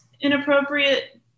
inappropriate